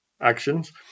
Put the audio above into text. actions